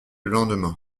lendemain